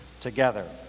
together